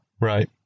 Right